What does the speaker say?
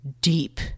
deep